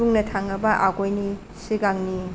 बुंनो थाङोबा आगोलनि सिगांनि